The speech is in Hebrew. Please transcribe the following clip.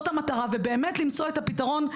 המטרה היא למצוא את הפתרון,